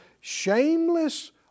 shameless